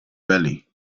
belly